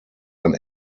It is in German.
ein